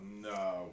no